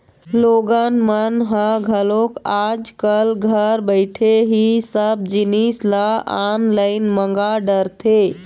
लोगन मन ह घलोक आज कल घर बइठे ही सब जिनिस ल ऑनलाईन मंगा डरथे